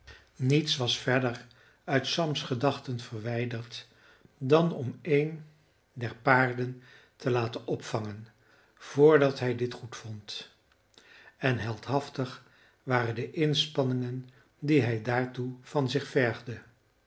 niets was verder uit sams gedachten verwijderd dan om een der paarden te laten opvangen vrdat hij dit goedvond en heldhaftig waren de inspanningen die hij daartoe van zich vergde